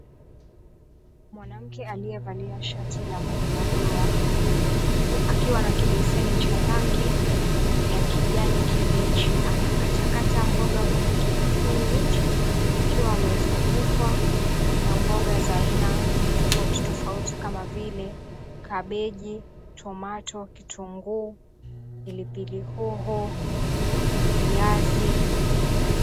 Mwanamke aliyevalia shati la madoadoa huku akiwa na kibeseni cha rangi ya kijani kibichi anakatakata mboga kwenye kibeseni hichi akiwa amezungukwa na mboga za aina tofauti tofauti kama vile kabeji, tomato , kitunguu, pilipili hoho, viazi.